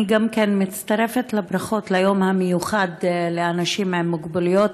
גם אני מצטרפת לברכות ליום המיוחד לאנשים עם מוגבלויות.